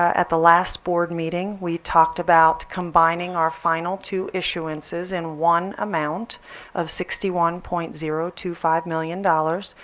at the last board meeting we talked about combining our final two issuances in one amount of sixty one point zero two five million dollars.